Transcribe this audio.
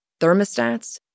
thermostats